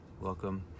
welcome